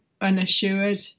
unassured